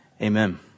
Amen